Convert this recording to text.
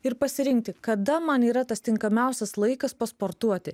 ir pasirinkti kada man yra tas tinkamiausias laikas pasportuoti